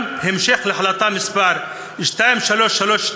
המשך להחלטה מס' 2332,